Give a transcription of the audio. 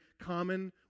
common